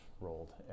rolled